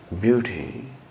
beauty